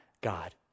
God